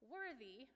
Worthy